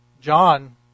John